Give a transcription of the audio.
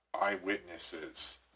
eyewitnesses